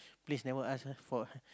place never ask us for